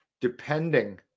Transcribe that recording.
depending